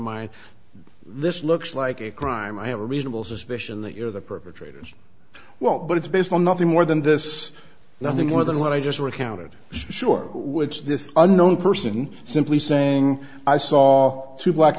mind this looks like a crime i have a reasonable suspicion that you're the perpetrators well but it's based on nothing more than this nothing more than what i just recounted sure which this unknown person simply saying i saw two black